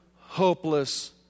hopeless